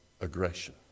aggression